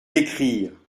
écrire